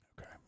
okay